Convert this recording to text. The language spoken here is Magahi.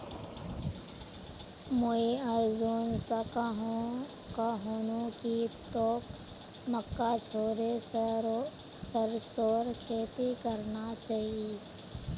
मुई अर्जुन स कहनु कि तोक मक्का छोड़े सरसोर खेती करना चाइ